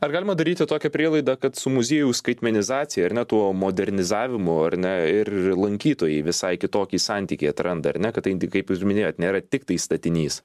ar galima daryti tokią prielaidą kad su muziejaus skaitmenizacija ar ne tuo modernizavimu ar ne ir lankytojai visai kitokį santykį atranda ar ne kad tai tai kaip ir minėjot nėra tiktai statinys